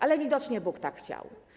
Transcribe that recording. Ale widocznie Bóg tak chciał.